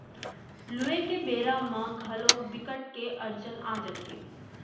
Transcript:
लूए के बेरा म घलोक बिकट के अड़चन आ जाथे